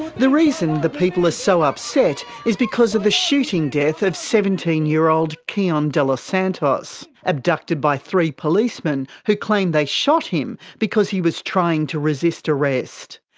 the reason the people are so upset is because of the shooting death of seventeen year old kian delos santos, abducted by three policemen, who claim they shot him because he was trying to resist arrest.